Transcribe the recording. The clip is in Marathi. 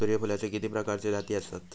सूर्यफूलाचे किती प्रकारचे जाती आसत?